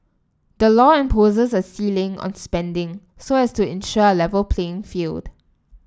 the law imposes a ceiling on spending so as to ensure A Level playing field